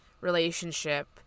relationship